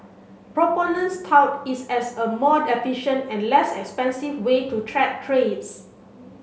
proponents tout is as a more efficient and less expensive way to track trades